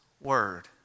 word